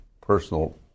personal